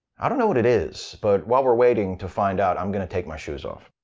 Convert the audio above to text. i don't know what it is, but while we're waiting to find out, i'm gonna take my shoes off.